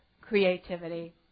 creativity